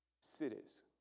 cities